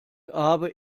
habe